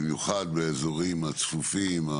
במיוחד באזורים הצפופים,